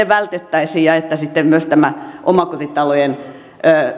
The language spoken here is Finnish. vältettäisiin että sitten myös tämä omakotitalojen